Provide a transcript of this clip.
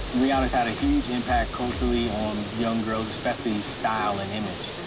rihanna has had a huge impact culturally on young girls, especially style and image,